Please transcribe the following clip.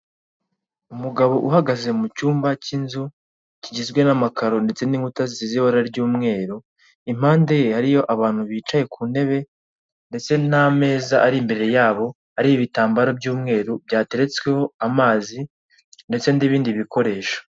Umugabo uhagaze mu cyumba cy'inzu kigizwe n'amakaro ndetse n'inkuta z'ibara ry'umweru, impandeye hriyo abantu bicaye ku ntebe ndetse n'ameza ari imbere yabo hari ibitambaro by'umweru byateretsweho amazi ndetse n'ibindi bikoresho.